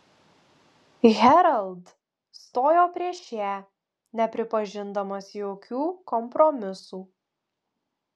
herald stojo prieš ją nepripažindamas jokių kompromisų